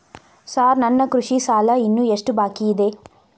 Sir ನನ್ನ ಕೃಷಿ ಸಾಲ ಇನ್ನು ಎಷ್ಟು ಬಾಕಿಯಿದೆ?